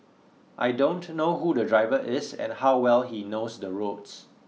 I don't know who the driver is and how well he knows the roads